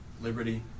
liberty